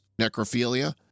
necrophilia